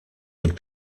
would